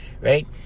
right